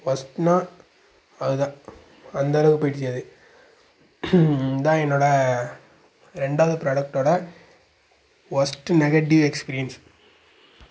வொஸ்ட்டுனா அதுதான் அந்தளவுக்கு போய்டுச்சி அது இதான் என்னோட ரெண்டாவது ப்ராடக்ட்டோட வொஸ்ட்டு நெகட்டிவ் எக்ஸ்பீரியன்ஸ்